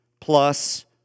plus